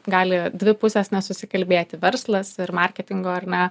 gali dvi pusės nesusikalbėti verslas ir marketingo ar ne